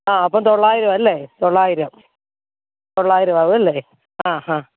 ആ അപ്പോൾ തൊള്ളായിരം അല്ലേ തൊള്ളായിരം തൊള്ളായിരം ആവും അല്ലേ ആ ഹാ